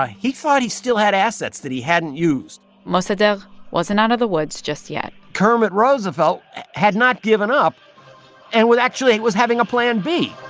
ah he thought he still had assets that he hadn't used mossadegh wasn't out of the woods just yet kermit roosevelt had not given up and would actually was having a plan b